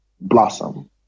blossom